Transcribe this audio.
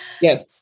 Yes